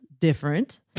different